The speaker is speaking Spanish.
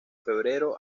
febrero